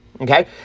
okay